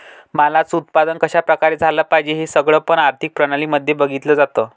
मालाच उत्पादन कशा प्रकारे झालं पाहिजे हे सगळं पण आर्थिक प्रणाली मध्ये बघितलं जातं